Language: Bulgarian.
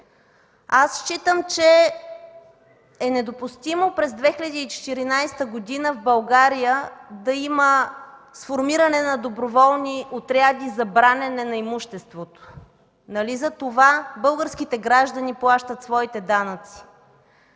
Считам, че е недопустимо през 2014 г. в България да има сформиране на доброволни отряди за бранене на имуществото. Нали затова българските граждани плащат своите данъци?